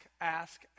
ask